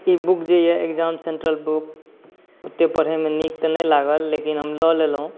ई book जे अइ exam central book ओतेक पढ़ैमे नीक तऽ नहि लागल लेकिन हम लऽ लेलहुँ